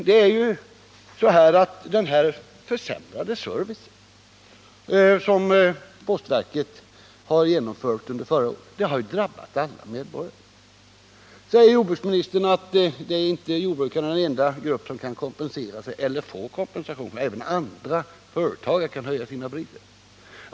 Den försämrade och fördyrade service som postverket genomförde under förra året har drabbat alla medborgare. Jordbruksministern säger att jordbrukarna inte är den enda grupp som får kompensation, utan även andra företagare kan höja sina priser.